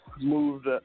moved